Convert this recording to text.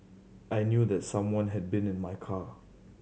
I knew that someone had been in my car